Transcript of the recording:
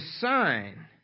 sign